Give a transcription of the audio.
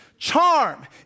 Charm